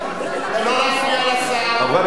אם הוא יפתח את הדיון הוא יסיים מחר,